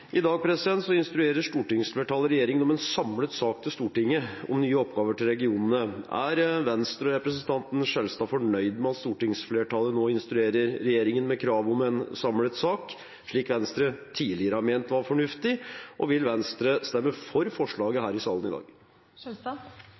I dag instruerer stortingsflertallet regjeringen om en samlet sak til Stortinget om nye oppgaver til regionene. Er Venstre-representanten Skjelstad fornøyd med at stortingsflertallet nå instruerer regjeringen med krav om en samlet sak, slik Venstre tidligere har ment var fornuftig, og vil Venstre stemme for forslaget